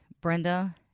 Brenda